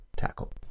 tackle